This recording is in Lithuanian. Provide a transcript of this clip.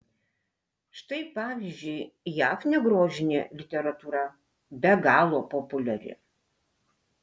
štai pavyzdžiui jav negrožinė literatūra be galo populiari